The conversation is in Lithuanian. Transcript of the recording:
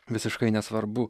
visiškai nesvarbu